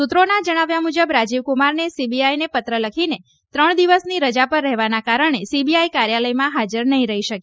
સુત્રોના જણાવ્યા મુજબ રાજીવકુમારને સીબીઆઈને પત્ર લખીને ત્રણ દિવસની રજા પર રહેવાના કારણે સીબીઆઈ કાર્યાલયમાં હાજર નહીં રહી શકે